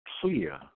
clear